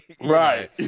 Right